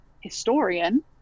historian